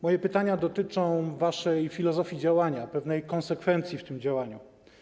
Moje pytania dotyczą waszej filozofii działania, pewnej konsekwencji w tym działaniu.